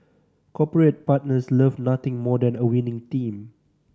corporate partners love nothing more than a winning team